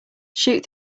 shoot